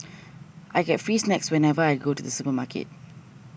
I get free snacks whenever I go to the supermarket